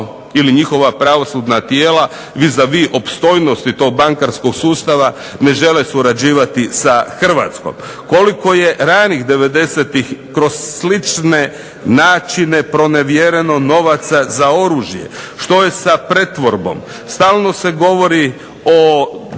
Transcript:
ili njihova pravosudna tijela vis a vis opstojnosti tog bankarskog sustava ne žele surađivati sa Hrvatskom. Koliko je ranih 90-tih kroz slične načine pronevjereno novaca za oružje, što je sa pretvorbom. Stalno se govori o